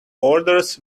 orders